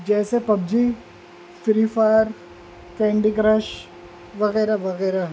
جیسے PUBG free fire candy crush وغیرہ وغیرہ